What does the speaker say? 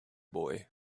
boy